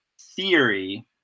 theory